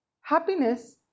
Happiness